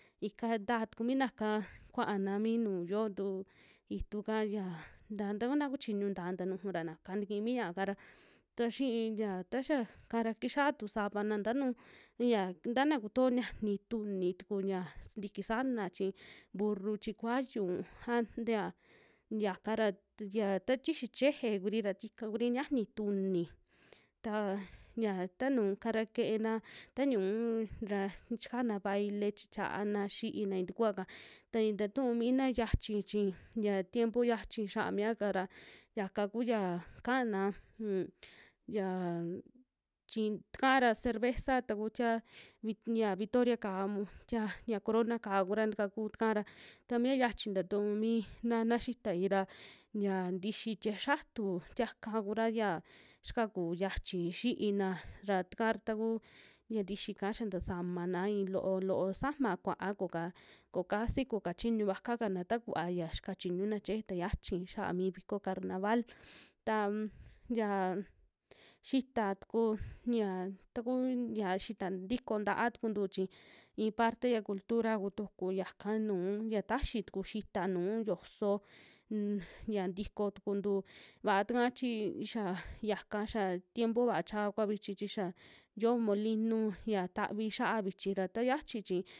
Ika ntaa tuku mina'ka kuana minu yoo tu ituu'ka ya, nta takuna kuchiñu ntaa ta nuju ra naka tiki mia ña'a'ka ra, taa xi'i ya taxa kara kixia tu savana tanu, ya tana kuto yanu tuuni tuku ya sintiki sanaa chi burru, chi kuayu u an tia yaka ra taya tati xia cheje kuri ra, tika kuri yani tuuni, taa ya tanu kara keena ta ñu'u ra chikana baile chichaana xiina itikua'ka, ta ii tatuu mina yiachi chi ya tiempo yiachi xa'a miaka ra, yaka kuya kaana un yaan chi takaa ra cerveza taku tia vic- ya- victoria'ka un tia ya corona kaa kura ta kaku taka ra, ta mia xiachi ntatuu mi nana xitai ra yan tixi tie xiatu tiaka kuara ya xikakuu yachi xiina ra taka ra takuu ya ntixi'ka xa tasamana i'i loo, loo sama kua koka, kokasi ko kachiñu vakakana takuva yia xikachiñuna cheje ta xiachi xia'a mi viko carnaval, tam yaan xita tuku ñia taku ya xita ntiko nataa tukuntu chi i'i parte ya cultura vutuku yaka nuu ya tayi tuku xita nuu yoso un ya nriko tukuntu, vaa taka chi xia yaka xia tiempo vaa cha kua vichi chi xia yoo molinu ya tavi xia'a vichi ra ta xiachi chi.